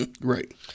Right